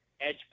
edge